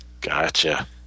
Gotcha